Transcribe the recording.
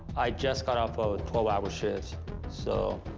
i just got off ah a twelve hour shift so,